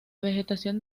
vegetación